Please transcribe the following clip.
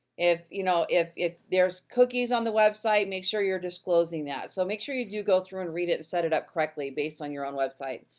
if you know if there's cookies on the website, make sure you're disclosing that. so, make sure you do go through and read it and set it up correctly based on your own website.